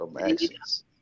actions